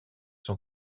son